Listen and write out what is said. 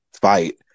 fight